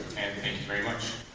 and thank you very much